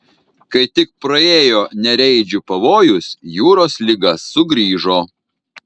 kai tik praėjo nereidžių pavojus jūros liga sugrįžo